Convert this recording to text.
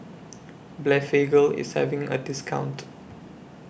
Blephagel IS having A discount